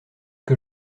que